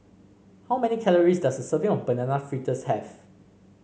how many calories does a serving of Banana Fritters have